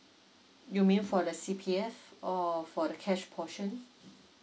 you mean for the C_P_F or for the cash portion